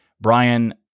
Brian